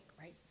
right